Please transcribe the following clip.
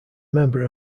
member